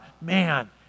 man